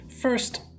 First